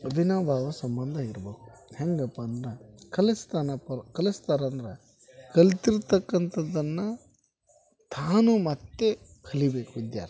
ಅವಿನಾಭಾವ ಸಂಬಂಧ ಇರ್ಬೇಕು ಹೇಗಪ್ಪ ಅಂದ್ರೆ ಕಲಿಸ್ತಾನಪ್ಪ ಕಲಿಸ್ತಾರ ಅಂದ್ರೆ ಕಲ್ತಿರ್ತಕ್ಕಂಥದ್ದನ್ನು ತಾನು ಮತ್ತೆ ಕಲಿಬೇಕು ವಿದ್ಯಾರ್ಥಿ